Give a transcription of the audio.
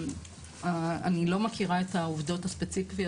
אני לא מכירה את העובדות הספציפיות